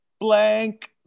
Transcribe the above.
Blank